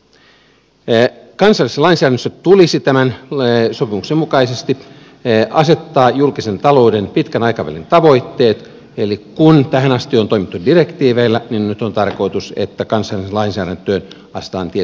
kansallisessa lainsäädännössä tulisi tämän sopimuksen mukaisesti asettaa julkisen talouden pitkän aikavälin tavoitteet eli kun tähän asti on toimittu direktiiveillä niin nyt on tarkoitus että kansalliseen lainsäädäntöön asetetaan tietyt velvoitteet